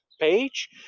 page